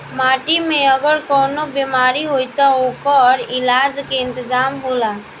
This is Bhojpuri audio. माटी में अगर कवनो बेमारी होई त ओकर इलाज के इंतजाम होला